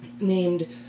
named